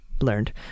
learned